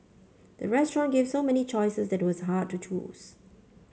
the restaurant gave so many choices that was hard to choose